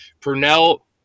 Purnell